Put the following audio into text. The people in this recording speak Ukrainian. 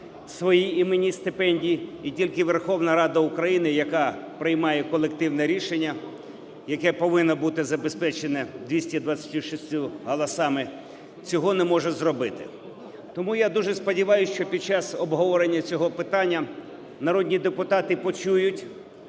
свої іменні стипендії, і тільки Верховна Рада України, яка приймає колективне рішення, яке повинно бути забезпечене 226 голосами, цього не може зробити. Тому я дуже сподіваюсь, що під час обговорення цього питання народні депутати почують,